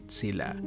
sila